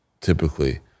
typically